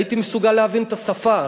הייתי מסוגל להבין את השפה.